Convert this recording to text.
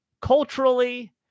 culturally